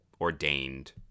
ordained